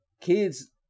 Kids